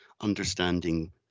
understanding